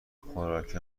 خوراکی